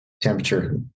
Temperature